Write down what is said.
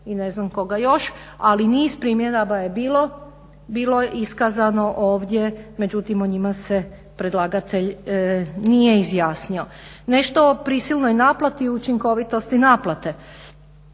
i ne znam koga još ali niz primjedaba je bilo iskazano ovdje, međutim o njima se predlagatelj nije izjasnio. Nešto o prisilnoj naplati i učinkovitosti naplate.